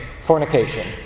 fornication